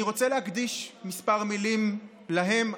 אני רוצה להקדיש כמה מילים להם,